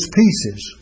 pieces